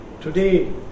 Today